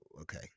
okay